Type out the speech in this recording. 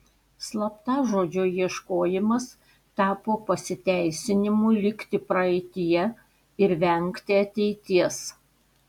slaptažodžio ieškojimas tapo pasiteisinimu likti praeityje ir vengti ateities